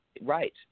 Right